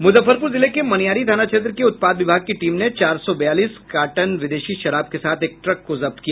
मुजफ्फरपुर जिल के मनियारी थाना क्षेत्र के उत्पाद विभाग की टीम ने चार सौ बयालीस कार्टन विदेशी शराब के साथ एक ट्रक को जब्त किया